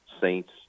Saints